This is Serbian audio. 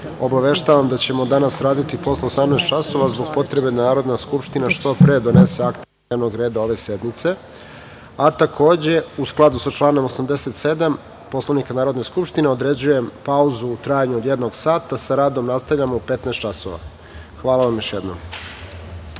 obaveštavam da ćemo danas raditi i posle 18.00 časova, zbog potrebe da Narodna skupština što pre donese akte iz dnevnog reda ove sednice. Takođe, u skladu sa članom 87. Poslovnika Narodne skupštine, određujem pauzu u trajanju od jednog sata. Sa radom nastavljamo u 15.00 časova. Hvala vam još